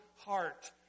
heart